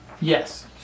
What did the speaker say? Yes